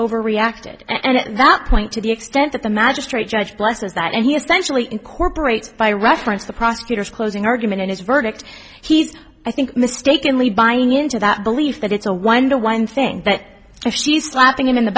overreacted and at that point to the extent that the magistrate judge blesses that and he essentially incorporates by reference the prosecutor's closing argument in his verdict he's i think mistakenly buying into that belief that it's a one to one thing that if she slapping him in the